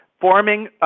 forming –